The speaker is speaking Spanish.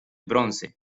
bronce